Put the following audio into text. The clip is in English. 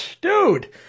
dude